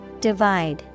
Divide